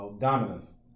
dominance